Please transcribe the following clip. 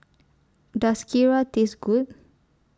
Does Kheera Taste Good